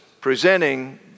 presenting